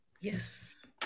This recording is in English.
Yes